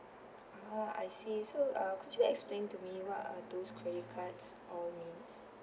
ah I see so uh could you explain to me those credit cards all means